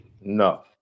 no